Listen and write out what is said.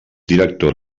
director